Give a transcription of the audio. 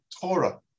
Torah